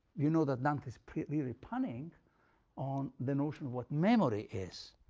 you know, that dante's clearly punning on the notion of what memory is,